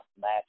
match